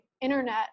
internet